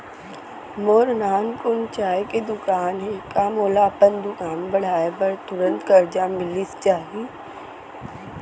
मोर नानकुन चाय के दुकान हे का मोला अपन दुकान बढ़ाये बर तुरंत करजा मिलिस जाही?